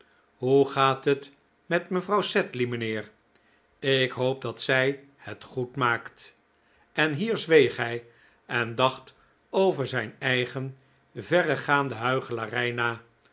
hoe gaat het met mevrouw sedley mijnheer ik hoop dat zij het goed maakt en hier zweeg hij en dacht over zijn eigen verregaande